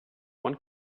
one